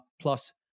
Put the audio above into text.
plus